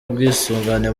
ubwisungane